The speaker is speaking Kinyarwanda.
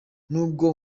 nubwo